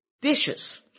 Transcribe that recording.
dishes